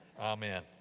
Amen